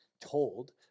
told